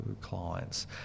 clients